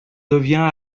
devient